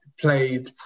played